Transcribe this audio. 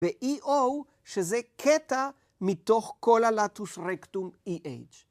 ו-EO שזה קטע מתוך כל הלטוס רקטום EH.